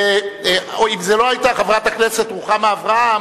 אם זו לא היתה חברת הכנסת רוחמה אברהם,